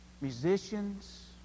Musicians